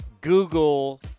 Google